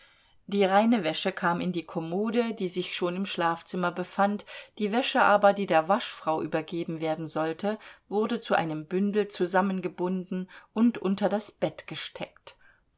die reine wäsche kam in die kommode die sich schon im schlafzimmer befand die wäsche aber die der waschfrau übergeben werden sollte wurde zu einem bündel zusammengebunden und unter das bett gesteckt